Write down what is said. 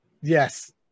Yes